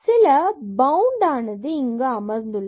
சில பவுண்ட் ஆனது இங்கு அமர்ந்துள்ளது